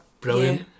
brilliant